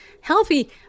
healthy